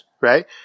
right